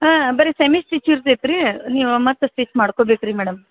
ಹಾಂ ಬರಿ semi stitch ಇರ್ತೈತಿ ರೀ ನೀವು ಮತ್ತು ಸ್ಟಿಚ್ ಮಾಡ್ಕೊಬೇಕು ರೀ ಮೇಡಮ್